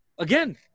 again